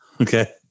Okay